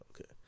Okay